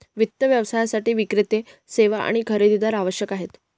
वित्त व्यवसायासाठी विक्रेते, सेवा आणि खरेदीदार आवश्यक आहेत